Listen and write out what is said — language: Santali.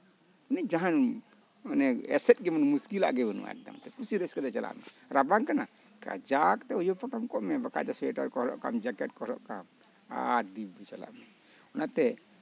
ᱡᱟᱸᱦᱟᱱ ᱮᱥᱮᱫᱟᱜ ᱢᱩᱥᱠᱤᱞᱟᱜ ᱜᱮ ᱵᱟᱹᱱᱩᱜᱼᱟ ᱠᱩᱥᱤ ᱨᱟᱹᱥᱠᱟᱹᱛᱮ ᱪᱟᱞᱟᱜ ᱢᱮ ᱨᱟᱵᱟᱝ ᱠᱟᱱᱟ ᱡᱟᱦᱟ ᱠᱚᱛᱮ ᱩᱭᱩ ᱯᱚᱴᱚᱢ ᱠᱚᱜ ᱢᱮ ᱥᱳᱭᱮᱴᱟᱨ ᱠᱚ ᱦᱚᱨᱚᱜ ᱠᱟᱜ ᱟᱢ ᱡᱮᱠᱮᱴ ᱠᱚ ᱦᱚᱨᱚᱜ ᱠᱟᱜ ᱟᱢ ᱟᱨ ᱫᱤᱵᱵᱤ ᱪᱟᱞᱟᱜ ᱢᱮ ᱚᱱᱟᱛᱮ